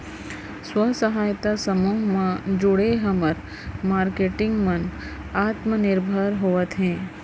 स्व सहायता समूह म जुड़े हमर मारकेटिंग मन आत्मनिरभर होवत हे